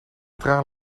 traan